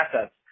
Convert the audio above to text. assets